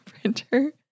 printer